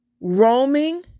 roaming